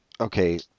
okay